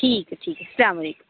ٹھیک ہے ٹھیک ہے السّلام علیکم